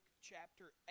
chapter